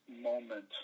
moment